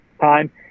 time